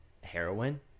heroin